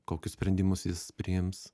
kokius sprendimus jis priims